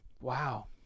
Wow